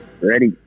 Ready